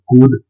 Good